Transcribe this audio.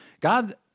God